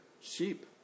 sheep